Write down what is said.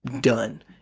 done